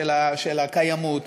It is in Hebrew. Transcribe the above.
של הקיימות,